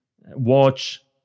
watch